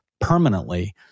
permanently